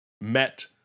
met